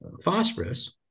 phosphorus